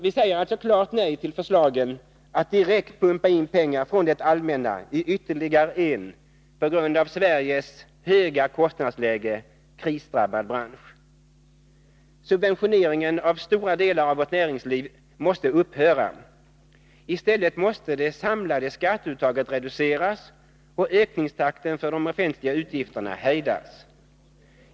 Vi säger alltså klart nej till förslagen att direkt pumpa in pengar från det allmänna i ytterligare en, på grund av Sveriges höga kostnadsläge, krisdrabbad bransch. Subventioneringen av stora delar av vårt näringsliv måste upphöra. I stället måste det samlade skatteuttaget reduceras och ökningstakten för de offentliga utgifterna hejdas.